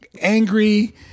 angry